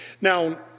Now